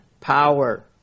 power